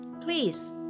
Please